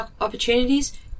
opportunities